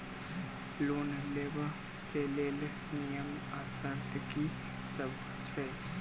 Loan लेबऽ कऽ लेल नियम आ शर्त की सब छई?